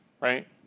right